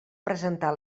presentar